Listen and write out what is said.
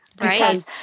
right